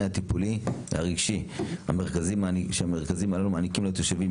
הטיפולי הרגשי שהמרכזים האלו מעניקים לתושבים,